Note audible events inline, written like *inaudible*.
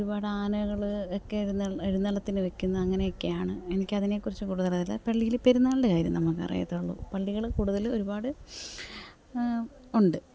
ഒരുപാട് ആനകൾ ഒക്കെ എഴുന്നള്ളത്തിന് വെക്കുന്ന അങ്ങനെയൊക്കെയാണ് എനിക്ക് അതിനെക്കുറിച്ച് കൂടുതൽ *unintelligible* പള്ളിയിൽ പെരുന്നാളിൻ്റെ കാര്യം നമുക്ക് അറിയത്തുള്ളൂ പള്ളികൾ കൂടുതൽ ഒരുപാട് ഉണ്ട്